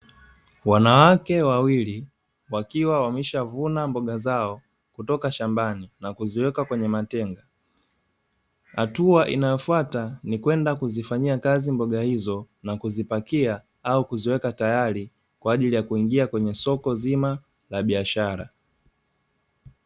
Wanawake wawili wakiwa wameshavuna mboga zao kutoka shambani na kuziweka kwenye matenga. Hatua inayofuata ni kwenda kuzifanyia kazi mboga hizo na kuzipakia au kuziweka tayari kwa ajili ya kuingia kwenye soko zima la biashara.